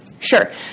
Sure